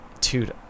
dude